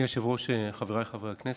אדוני היושב-ראש, חבריי חברי הכנסת,